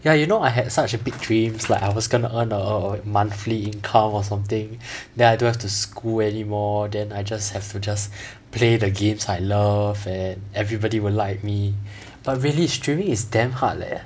ya you know I had such big dreams like I was gonna earn a monthly income or something then I don't have to school any more then I just have to just play the games I love and everybody will like me but really streaming is damn hard leh